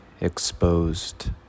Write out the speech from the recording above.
exposed